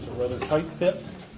rather tight fit.